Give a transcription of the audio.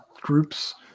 groups